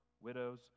widows